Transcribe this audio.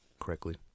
correctly